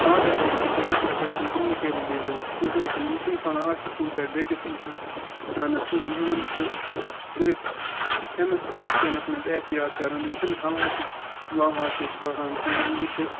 heart attack تہٕ blood pressure چھِ نہٕ کۄمنِکینِل ڈِزِیٖز کِہیٖنۍ تہٕ یِم چھِ نہٕ پھٔہلان اَکھ أکۍ سٕنٛد پٮ۪ٹھِ بیٚکِس اِنسانَس کِہیٖنۍ یِمَن چھُ صِرِف کھیٚنَس چیٚنَس مَنٛز احتِیاط کَرُن یِم چھِنہٕ ہوہَس وَوہس سۭتۍ پھٔہلان کِہیٖنۍ یِم چھِ